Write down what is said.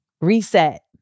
reset